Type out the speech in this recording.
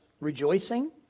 Rejoicing